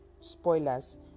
spoilers